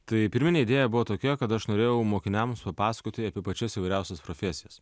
tai pirminė idėja buvo tokia kad aš norėjau mokiniams pasakoti apie pačias įvairiausias profesijas